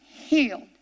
healed